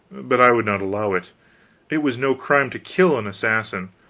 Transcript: but i would not allow it it was no crime to kill an assassin.